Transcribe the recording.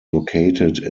located